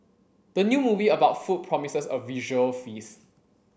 the new movie about food promises a visual feast